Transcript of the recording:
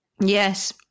Yes